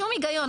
שום היגיון,